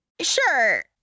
Sure